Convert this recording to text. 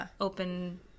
open